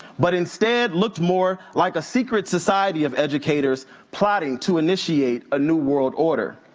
but instead looked more like a secret society of educators plotting to initiate a new world order.